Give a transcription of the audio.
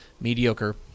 mediocre